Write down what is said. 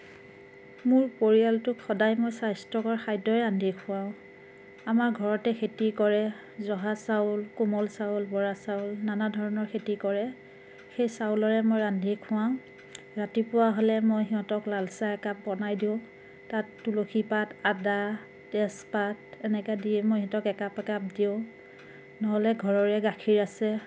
মোৰ পৰিয়ালটোক সদায় মই স্বাস্থ্যকৰ খাদ্যই ৰান্ধি খুৱাওঁ আমাৰ ঘৰতে খেতি কৰে জহা চাউল কোমল চাউল বৰা চাউল নানা ধৰণৰ খেতি কৰে সেই চাউলৰে মই ৰান্ধি খুৱাওঁ ৰাতিপুৱা হ'লে মই সিহঁতক লালচাহ একাপ বনাই দিওঁ তাত তুলসী পাত আদা তেজপাত এনেকৈ দি মই সিহঁতক একাপ একাপ দিওঁ নহ'লে ঘৰৰে গাখীৰ আছে